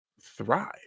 thrive